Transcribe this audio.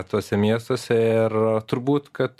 tuose miestuose ir turbūt kad